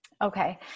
Okay